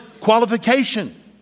qualification